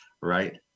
right